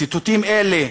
ציטוטים אלה,